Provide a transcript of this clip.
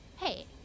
Hey